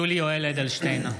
(קורא בשמות חברי הכנסת) יולי יואל אדלשטיין,